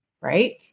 right